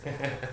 and